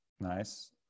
Nice